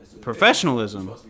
Professionalism